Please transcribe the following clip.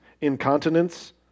incontinence